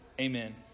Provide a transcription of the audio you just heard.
Amen